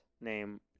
name